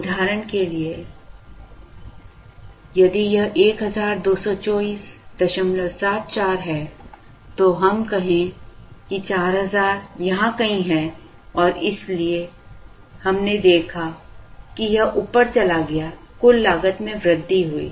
उदाहरण के लिए यदि यह 122474 है तो हम कहें कि 4000 यहां कहीं है और इसलिए हमने देखा कि यह ऊपर चला गया कुल लागत में वृद्धि हुई